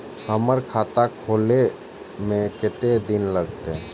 हमर खाता खोले में कतेक दिन लगते?